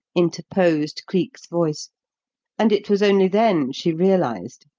interposed cleek's voice and it was only then she realised.